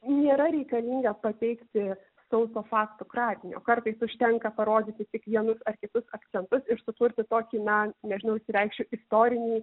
nėra reikalinga pateikti sauso faktų kratinio kartais užtenka parodyti tik vienus ar kitus akcentus ir sukurti tokį na nežinau išsireikšiu istorinį